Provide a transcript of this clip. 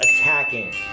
attacking